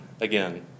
again